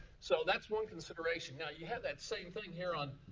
so that's one consideration. now you have that same thing here on